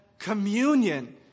communion